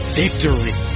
victory